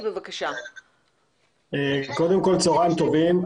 צהריים טובים.